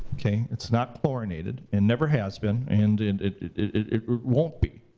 okay, it's not chlorinated and never has been, and and it it won't be.